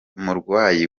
murwayi